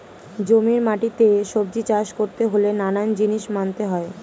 জমির মাটিতে সবজি চাষ করতে হলে নানান জিনিস মানতে হয়